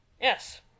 Yes